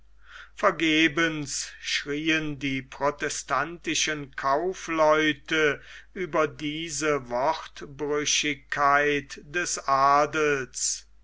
vergebens schrieen die protestantischen kaufleute über diese wortbrüchigkeit des adels